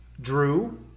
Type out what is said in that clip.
Drew